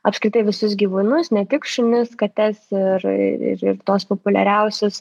apskritai visus gyvūnus ne tik šunis kates ir ir ir tuos populiariausius